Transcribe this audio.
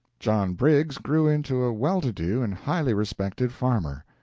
john briggs grew into a well-to-do and highly respected farmer.